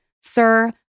Sir